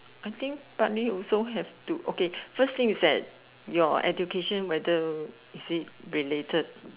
I think partly also have to okay first thing is that your education whether is it related